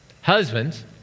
Husbands